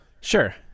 Sure